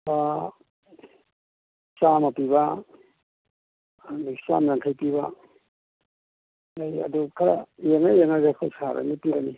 ꯂꯨꯄꯥ ꯆꯥꯃ ꯄꯤꯕ ꯑꯗꯩ ꯆꯥꯃ ꯌꯥꯡꯈꯩ ꯄꯤꯕ ꯂꯩ ꯑꯗꯨ ꯈꯔ ꯌꯦꯡꯉ ꯌꯦꯡꯉꯒ ꯑꯩꯈꯣꯏ ꯁꯥꯔꯅꯤ ꯄꯤꯔꯅꯤ